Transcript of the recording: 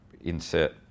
insert